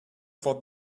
for